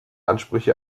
ansprüche